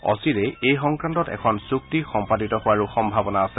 অচিৰেই এই সংক্ৰান্তত এখন চুক্তি সম্পাদিত হোৱাৰো সম্ভাবনা আছে